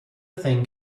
thing